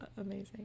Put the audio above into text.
amazing